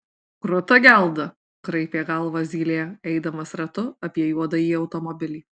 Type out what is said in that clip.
kruta gelda kraipė galvą zylė eidamas ratu apie juodąjį automobilį